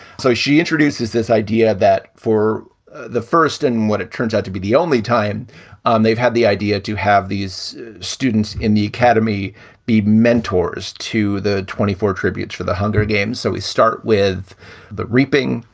so she introduces this idea that for the first and what it turns out to be, the only time um they've had the idea to have these students in the academy be mentors to the twenty four attributes for the hunger games. so we start with the reaping,